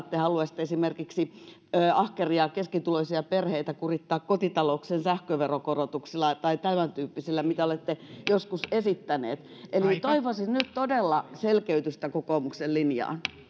että te haluaisitte esimerkiksi ahkeria keskituloisia perheitä kurittaa kotitalouksien sähköveron korotuksilla tai tämän tyyppisillä mitä olette joskus esittäneet eli toivoisin nyt todella selkeytystä kokoomuksen linjaan